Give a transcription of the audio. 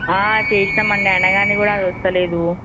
చేసినాము అండి అయినా కానీ కూడా అది వస్తలేదూ